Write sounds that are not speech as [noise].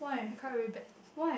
I cry very bad [breath]